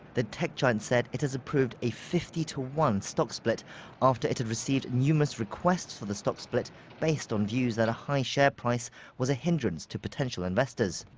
the tech giant said it has approved a fifty one stock split after it had received numerous requests for the stock split based on views that a high share price was a hindrance to potential investors.